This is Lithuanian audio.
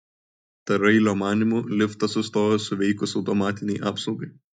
tarailio manymu liftas sustojo suveikus automatinei apsaugai